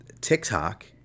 TikTok